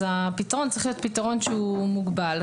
הפתרון צריך להיות פתרון שהוא מוגבל,